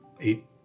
eight